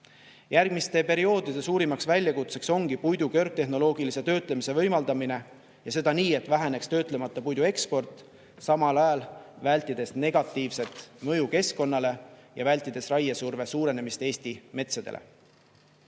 Järgmiste perioodide suurimaks väljakutseks ongi puidu kõrgtehnoloogilise töötlemise võimaldamine ja seda nii, et väheneks töötlemata puidu eksport, samal ajal vältides negatiivset mõju keskkonnale ja vältides raiesurve suurenemist Eesti metsadele.